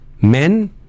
men